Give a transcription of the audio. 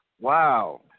Wow